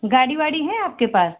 गाड़ी वाड़ी है आपके पास